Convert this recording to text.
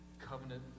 covenant